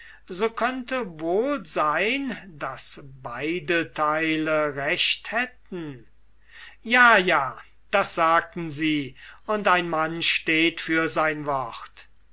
so könnte wohl sein daß beide teile recht hätten ja ja das sagten sie und ein mann steht für sein wort